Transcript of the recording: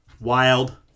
Wild